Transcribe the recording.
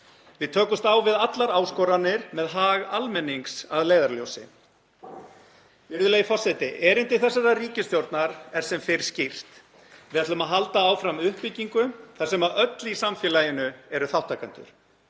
Við tökumst á við allar áskoranir með hag almennings að leiðarljósi. Virðulegi forseti. Erindi þessarar ríkisstjórnar er sem fyrr skýrt. Við ætlum að halda áfram uppbyggingu þar sem öll í samfélaginu eru þátttakendur